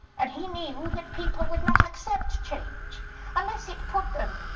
and he knew that people would not accept change unless it put them,